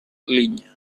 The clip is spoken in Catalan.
linya